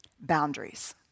Boundaries